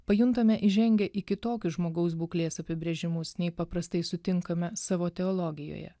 pajuntame įžengę į kitokius žmogaus būklės apibrėžimus nei paprastai sutinkame savo teologijoje